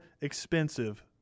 expensive